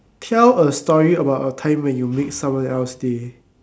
tell a story about a time when you make someone else's day